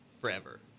forever